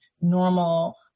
normal